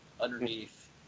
underneath